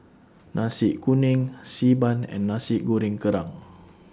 Nasi Kuning Xi Ban and Nasi Goreng Kerang